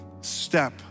step